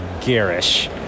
garish